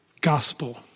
gospel